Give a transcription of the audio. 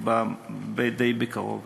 הנושא יבוא די בקרוב,